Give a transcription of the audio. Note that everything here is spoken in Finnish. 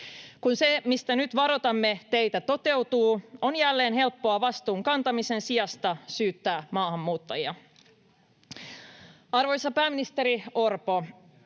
Kun se, mistä nyt varoitamme teitä, toteutuu, on jälleen helppoa vastuun kantamisen sijasta syyttää maahanmuuttajia. Arvoisa pääministeri Orpo,